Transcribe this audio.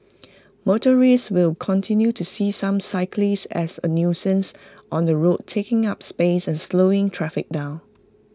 motorists will continue to see some cyclists as A nuisance on the road taking up space and slowing traffic down